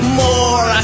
more